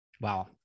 Wow